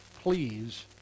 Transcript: please